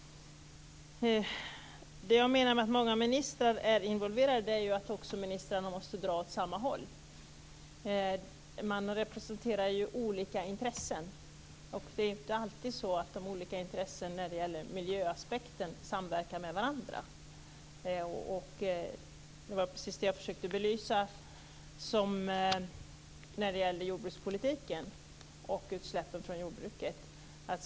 Det jag menade är att ministrarna måste dra åt samma håll när många ministrar är involverade. Man representerar ju olika intressen. Det är inte alltid så att de olika intressena när det gäller miljöaspekten samverkar med varandra. Det var precis det jag försökte belysa när det gäller jordbrukspolitiken och utsläppen från jordbruket.